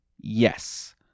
Yes